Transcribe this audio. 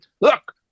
look